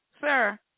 sir